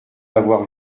avoir